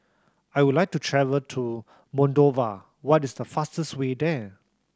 I would like to travel to Moldova what is the fastest way there